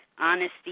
honesty